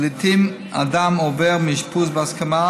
ולעיתים אדם עובר מאשפוז בהסכמה,